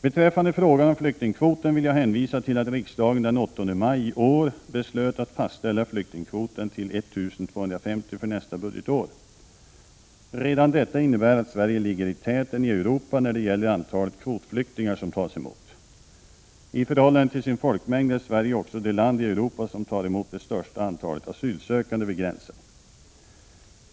Beträffande frågan om flyktingkvoten vill jag hänvisa till att riksdagen den Redan detta innebär att Sverige ligger i täten i Europa när det gäller antalet kvotflyktingar som tas emot. I förhållande till sin folkmängd är Sverige också det land i Europa som tar emot det största antalet asylsökande vid gränsen.